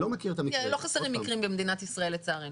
לא חסרים מקרים במדינת ישראל, לצערנו.